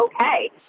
okay